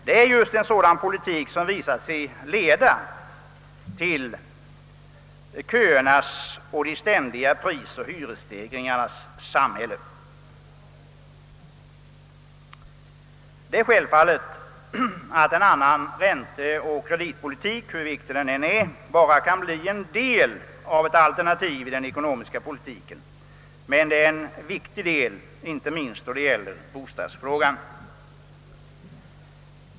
Det är just en sådan politik som visat sig leda till köernas och de ständiga prisoch hyresstegringarnas samhälle. Det är självklart att en annan ränteoch kreditpolitik — hur viktig den än är — bara kan bli en del av ett alternativ i den ekonomiska politiken. Men det är en viktig del, inte minst då det gäller bostadsfrågan.